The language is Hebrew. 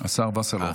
השר וסרלאוף.